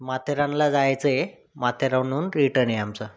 माथेरानला जायचं आहे माथेरानहून रिटर्न आहे आमचं